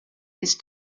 ist